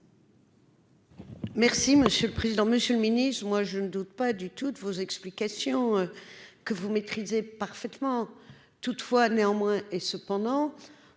Merci monsieur le président, Monsieur le Ministre, moi, je ne doute pas du tout de vos explications que vous maîtrisez parfaitement toutefois néanmoins et cependant,